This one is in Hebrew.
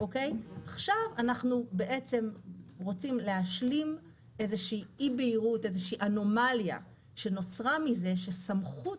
עכשיו אנחנו רוצים להשלים איזושהי אי בהירות ואנומליה שנוצרה מזה שסמכות